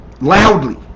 loudly